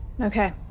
Okay